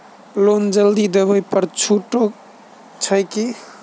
Loan जल्दी देबै पर छुटो छैक की?